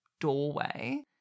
doorway